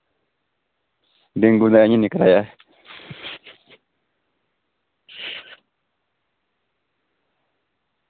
नेईं कुदै ऐहीं निं कराया